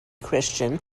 christian